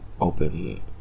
open